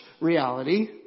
reality